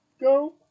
go